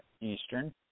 Eastern